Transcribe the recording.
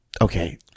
okay